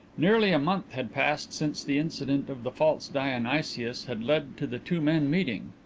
nearly a month had passed since the incident of the false dionysius had led to the two men meeting.